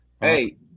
hey